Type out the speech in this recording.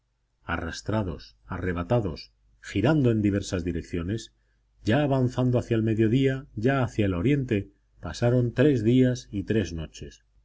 arrastrados arrebatados girando en diversas direcciones ya avanzando hacia el mediodía ya hacia el oriente pasaron tres días y tres noches